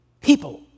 people